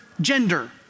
gender